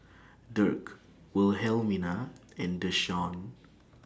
Dirk Wilhelmina and Deshaun